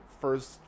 first